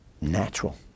natural